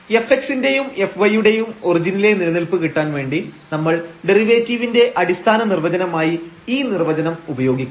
fx ന്റെയും fy യുടെയും ഒറിജിനിലെ നിലനിൽപ്പ് കിട്ടാൻ വേണ്ടി നമ്മൾ ഡെറിവേറ്റീവിന്റെ അടിസ്ഥാന നിർവ്വചനമായി ഈ നിർവ്വചനം ഉപയോഗിക്കാം